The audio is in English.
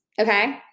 Okay